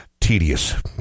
Tedious